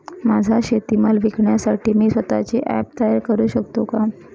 माझा शेतीमाल विकण्यासाठी मी स्वत:चे ॲप तयार करु शकतो का?